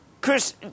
Chris